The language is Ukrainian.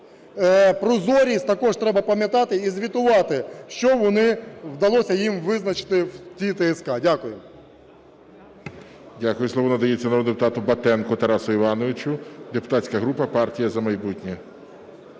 прозорість також треба пам'ятати і звітувати, що вдалося їм визначити в тій ТСК. Дякую.